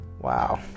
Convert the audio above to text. Wow